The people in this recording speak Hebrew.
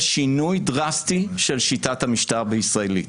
שינוי דרסטי של שיטת המשטר הישראלית.